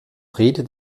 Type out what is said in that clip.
redet